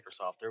Microsoft